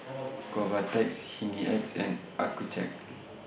Convatec Hygin X and Accucheck